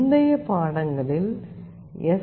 முந்தைய பாடங்களில் எஸ்